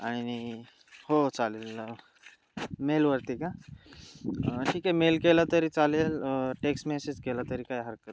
आणि हो चालेल मेलवरती का ठीक आहे मेल केला तरी चालेल टेक्स्ट मेसेज केला तरी काय हरकत नाही